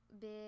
big